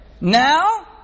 Now